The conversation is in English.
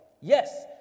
Yes